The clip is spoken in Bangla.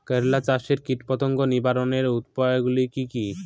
করলা চাষে কীটপতঙ্গ নিবারণের উপায়গুলি কি কী?